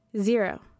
zero